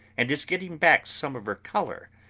and is getting back some of her colour,